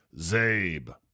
Zabe